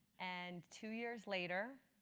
and two years later,